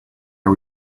are